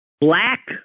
black